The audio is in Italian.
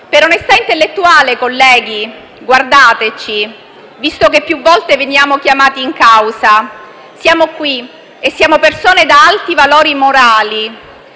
Per onestà intellettuale, colleghi, guardateci, visto che più volte veniamo chiamati in causa: siamo qui e siamo persone di alti valori morali;